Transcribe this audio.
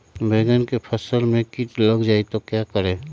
बैंगन की फसल में कीट लग जाए तो क्या करें?